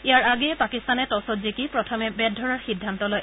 ইয়াৰ আগেয়ে পাকিস্তানে টছত জিকি প্ৰথমে বেট ধৰাৰ সিদ্ধান্ত লয়